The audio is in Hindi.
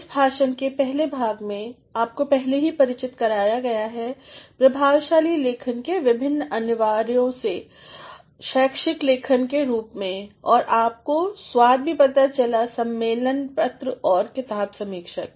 इस भाषण के पहले भाग में आपको पहले ही परिचित कराया गया है प्रभावशाली लेखन के विभिन्न अनिवर्यों से शैक्षिक लेखन की रूप में और आपको स्वाद भी पता चली सम्मेलन पत्र और किताब समीक्षा की